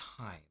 Time